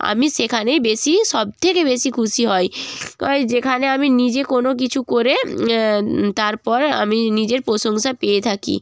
আমি সেখানেই বেশি সব থেকে বেশি খুশি হই যেখানে আমি নিজে কোনো কিছু করে তারপর আমি নিজের প্রশংসা পেয়ে থাকি